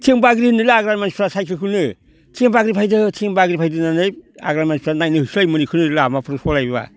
थेंफाख्रि होनोलै आग्लानि मानसिफ्रा साइखेलखोनो थेंफाख्रि फैदो थेंफाख्रि फैदो होननानै आग्लानि मानसिफ्रा नायनो होसोलायोमोन इखोनो लामाफ्राव सलायोब्ला